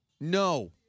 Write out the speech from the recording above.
No